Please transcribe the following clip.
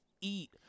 eat